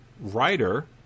writer